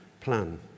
plan